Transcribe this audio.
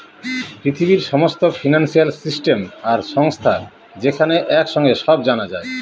পৃথিবীর সমস্ত financial system আর সংস্থা যেখানে এক সাঙে জানা যায়